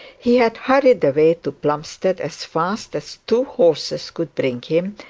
he had hurried away to plumstead as fast as two horses could bring him,